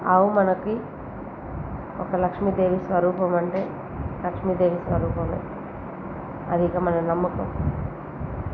ఆవు మనకి ఒక లక్ష్మీదేవి స్వరూపము అంటే లక్ష్మీదేవి స్వరూపమే అది ఇంకా మన నమ్మకం